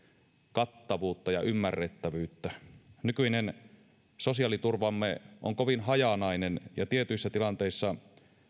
kattavuutta ja ymmärrettävyyttä nykyinen sosiaaliturvamme on kovin hajanainen ja tietyissä tilanteissa